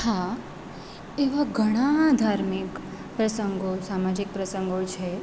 હા એવા ઘણા ધાર્મિક પ્રસંગો સામાજિક પ્રસંગો છે